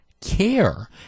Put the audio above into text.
Care